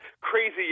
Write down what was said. Crazy